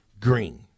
green